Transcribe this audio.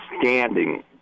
standing